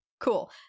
Cool